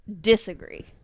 Disagree